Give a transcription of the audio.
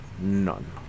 None